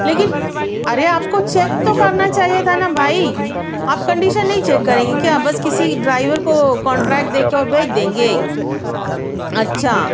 لیکن ارے آپ کو چیک تو کرنا چاہیے تھا نہ بھائی آپ کنڈیشن نہیں چیک کریں گے کیا بس کسی ڈائیور کو کونٹریکٹ دے کے اور بھیج دیں گے اچھا